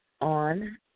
on